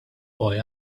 boy